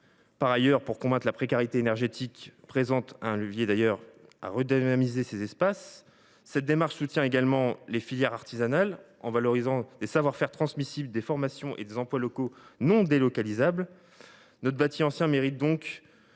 Par ailleurs, combattre la précarité énergétique offre un levier pour redynamiser ces espaces. Cette démarche soutient également les filières artisanales, en valorisant des savoir faire transmissibles, des formations et des emplois locaux non délocalisables. Notre bâti ancien mérite donc